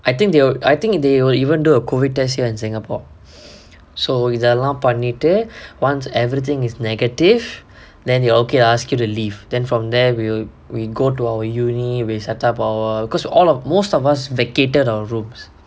I think they I think they will even though a COVID test here in singapore so இதெல்லாம் பண்ணிட்டு:ithellaam pannittu once everything is negative then you okay lah ask you to leave then from there we we go to our university we settle our because all of most of us vacated our rooms